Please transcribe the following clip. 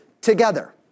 together